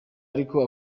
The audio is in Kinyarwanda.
ariko